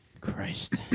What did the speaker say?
Christ